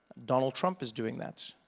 donald trump is doing that.